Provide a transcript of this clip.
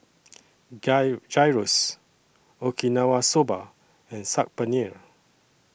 Guy Gyros Okinawa Soba and Saag Paneer